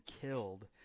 killed